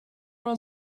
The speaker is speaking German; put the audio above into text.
oder